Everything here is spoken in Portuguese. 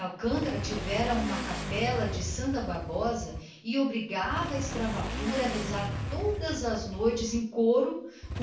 alcântara tivera uma capela de santa bárbara e obrigava a sua escravatura a rezar aí todas as noites em coro